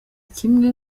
kimwe